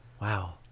Wow